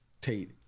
Tate